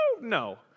No